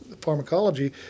pharmacology